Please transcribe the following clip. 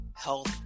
health